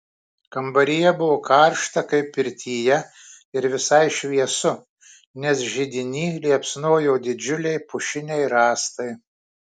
kambaryje buvo karšta kaip pirtyje ir visai šviesu nes židiny liepsnojo didžiuliai pušiniai rąstai